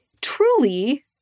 truly—